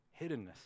hiddenness